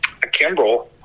Kimbrel